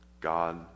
God